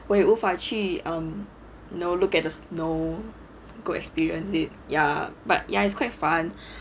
我也无法去 um you know look at the snow to experience it ya but ya it's quite fun